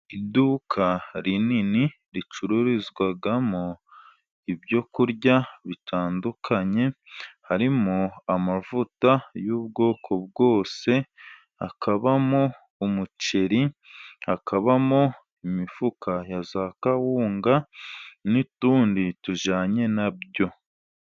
Iduka rinini ricururizwamo ibyo kurya bitandukanye, harimo amavuta y'ubwoko bwose, hakabamo umuceri, hakabamo imifuka ya kawunga n'utundi tujyanye na byo.